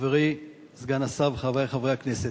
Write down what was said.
חברי סגן השר וחברי חברי הכנסת,